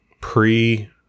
pre